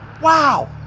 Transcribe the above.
Wow